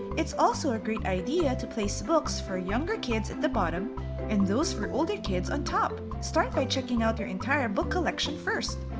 it's also a good idea to place books for younger kids at the bottom and those for older kids on top. start by checking out your entire book collection first.